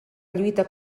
lluita